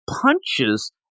punches